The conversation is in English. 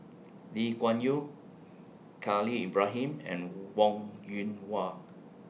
Lee Kuan Yew Khalil Ibrahim and Wong Yoon Wah